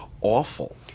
awful